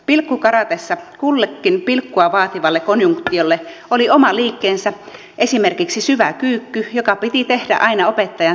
pilkkukaratessa kullekin pilkkua vaativalle konjunktiolle oli oma liikkeensä esimerkiksi syvä kyykky joka piti tehdä aina opettajan sanottua jonkin alistuskonjunktion